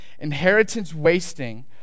inheritance-wasting